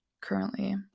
currently